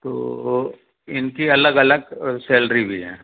तो इनकी अलग अलग सैलरी भी हैं